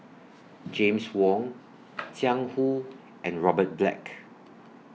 James Wong Jiang Hu and Robert Black